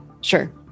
Sure